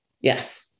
Yes